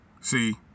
See